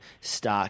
stock